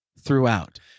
throughout